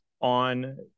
on